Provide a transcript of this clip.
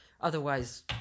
Otherwise